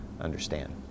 understand